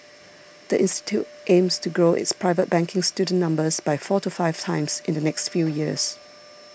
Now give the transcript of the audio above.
the institute aims to grow its private banking student numbers by four to five times in the next few years